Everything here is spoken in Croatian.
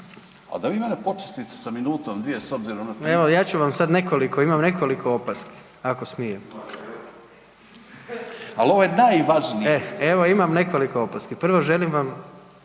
A da vi mene počastite s minutom, dvije s obzirom na priliku./ … Evo ja ću vam sada nekoliko, imam nekoliko opaski ako smijem. … /Upadica: Ali ovo je najvažniji./ … evo imam nekoliko opaski. Prvo, želim vam